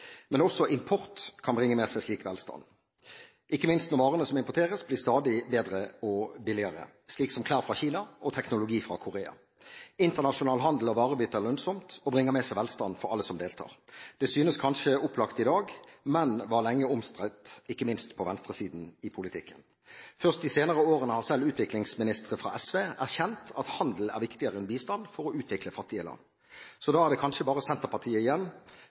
Men også import kan bringe med seg slik velstand – ikke minst når varene som importeres, stadig blir billigere og bedre, slik som klær fra Kina og teknologi fra Korea. Internasjonal handel og varebytte er lønnsomt og bringer med seg velstand for alle som deltar. Det synes kanskje opplagt i dag, men var lenge omstridt – ikke minst på venstresiden i politikken. Først de senere årene har selv utviklingsministre fra SV erkjent at handel er viktigere enn bistand for å utvikle fattige land. Så da er det kanskje bare Senterpartiet igjen,